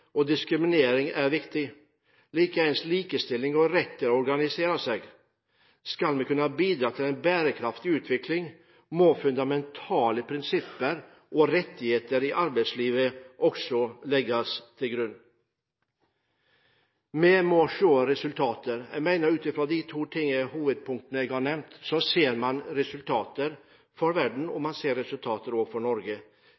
og diskriminering er viktig – likeens likestilling og retten til å organisere seg. Skal vi kunne bidra til en bærekraftig utvikling, må også fundamentale prinsipper og rettigheter i arbeidslivet legges til grunn. Vi må se resultater. Jeg mener at ut fra de to hovedpunktene jeg har nevnt, ser man resultater – for verden og